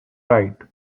right